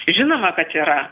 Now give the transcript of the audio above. žinoma kad yra